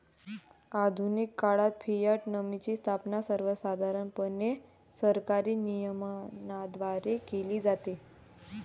आधुनिक काळात फियाट मनीची स्थापना सर्वसाधारणपणे सरकारी नियमनाद्वारे केली जाते